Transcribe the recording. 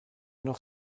noch